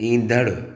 ईंदड़